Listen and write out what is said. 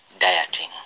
dieting